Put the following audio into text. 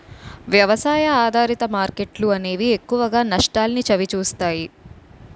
వ్యవసాయ ఆధారిత మార్కెట్లు అనేవి ఎక్కువగా నష్టాల్ని చవిచూస్తాయి